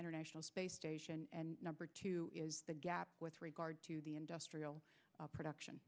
international space station and number two is the gap with regard to the industrial production